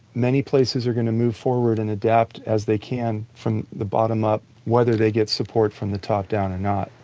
many places are going to move forward and adapt as they can from the bottom up, whether they get support from the top down or not.